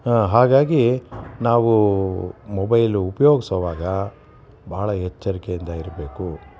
ಹಾಂ ಹಾಗಾಗಿ ನಾವು ಮೊಬೈಲು ಉಪಯೋಗಿಸುವಾಗ ಬಹಳ ಎಚ್ಚರಿಕೆಯಿಂದ ಇರಬೇಕು